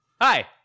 Hi